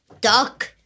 Duck